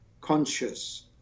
conscious